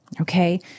Okay